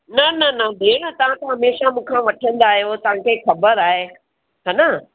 न न न भेण तव्हां त हमेशा मूंखां वठंदा आहियो तव्हांखे ख़बरु आहे हा न